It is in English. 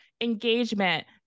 engagement